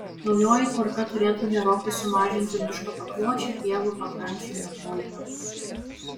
naujoji tvarka turėtų gerokai sumažinti miško pakločių pievų pakrančių niokojimą